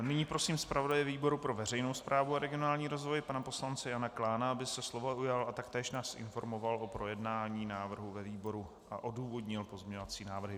Nyní prosím zpravodaje výboru pro veřejnou správu a regionální rozvoj pana poslance Jana Klána, aby se slova ujal a taktéž nás informoval o projednání návrhu ve výboru a odůvodnil pozměňovací návrhy.